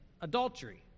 adultery